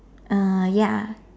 uh ya